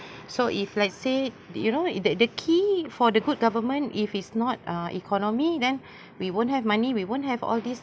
so if let's say did you know that the key for the good government if is not uh economy then we won't have money we won't have all these